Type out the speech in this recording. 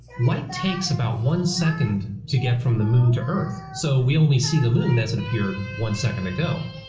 light takes about one second to get from the moon to earth, so we and always see the moon that's it appeared one second ago.